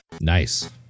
nice